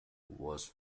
was